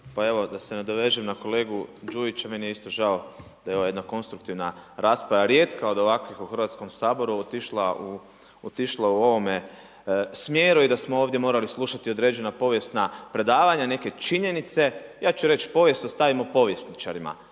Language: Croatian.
Pa evo da se nadovežem na kolegu Đujića, meni je isto žao da je ova jedna konstruktivna rasprava rijetka od ovakvih u Hrvatskom saboru otišla u ovome smjeru i da smo ovdje morali slušati određena povijesna predavanja, neke činjenice. Ja ću reći povijest ostavimo povjesničarima.